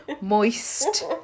moist